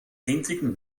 einzigen